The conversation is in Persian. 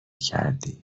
کردی